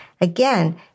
again